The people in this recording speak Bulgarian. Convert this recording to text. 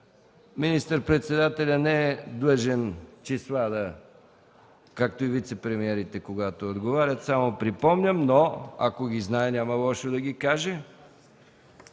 Министър-председателят не е длъжен да казва числа, както и вицепремиерите, когато отговарят, само припомням. Но ако ги знае, няма лошо да ги каже.